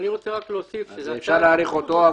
אני רוצה רק להוסיף --- אז אפשר להאריך אותו,